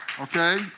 Okay